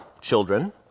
children